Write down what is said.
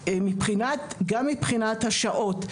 גם מבחינת השעות,